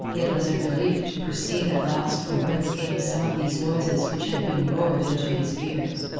it was a relief to perceive at last from whence came some of these noises which had been roared into his ears.